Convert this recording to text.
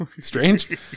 strange